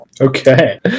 Okay